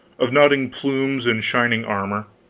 of nodding plumes and shining armor.